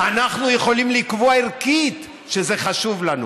אנחנו יכולים לקבוע ערכית שזה חשוב לנו.